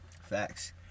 Facts